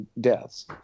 deaths